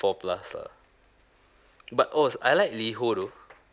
four plus lah but oh I like liho though